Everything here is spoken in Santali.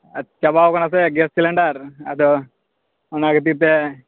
ᱪᱟᱵᱟᱣ ᱠᱟᱱᱟ ᱥᱮ ᱜᱮᱥ ᱥᱤᱞᱤᱱᱰᱟᱨ ᱟᱫᱚ ᱚᱱᱟ ᱠᱷᱟᱹᱛᱤᱨᱛᱮ